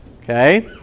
Okay